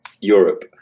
europe